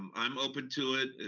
um i'm open to it,